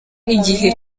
igihe